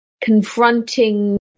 confronting